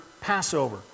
Passover